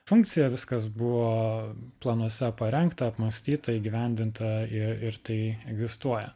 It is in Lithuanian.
funkcija viskas buvo planuose parengta apmąstyta įgyvendinta ė ir tai egzistuoja